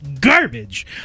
garbage